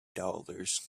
dollars